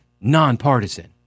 nonpartisan